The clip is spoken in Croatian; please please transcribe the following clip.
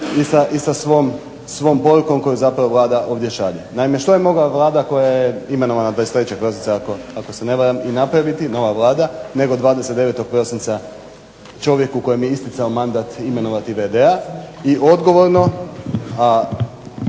i sa svom porukom koju zapravo Vlada ovdje šalje. Naime što je mogla Vlada koja je imenovana 23. prosinca ako se ne varam i napraviti, nova Vlada, nego 29. prosinca čovjeku kojem je isticao mandat imenovati v.d.-a i odgovorno,